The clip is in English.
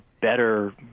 better